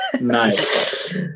nice